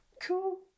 Cool